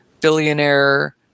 billionaire